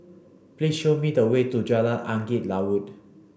please show me the way to Jalan Angin Laut